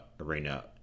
arena